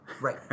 Right